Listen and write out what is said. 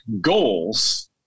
goals